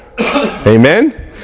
Amen